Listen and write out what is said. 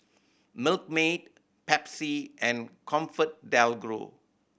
Milkmaid Pepsi and ComfortDelGro